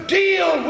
deal